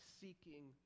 seeking